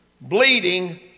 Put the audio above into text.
Bleeding